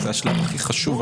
אבל זה השלב הכי חשוב,